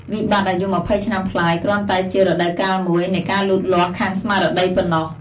វិបត្តិអាយុ២០ឆ្នាំប្លាយគ្រាន់តែជា "រដូវកាលមួយ" នៃការលូតលាស់ខាងស្មារតីប៉ុណ្ណោះ។